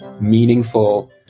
meaningful